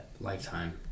Lifetime